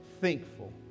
thankful